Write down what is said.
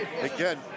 again